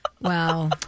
Wow